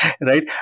Right